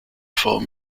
form